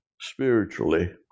spiritually